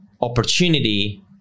opportunity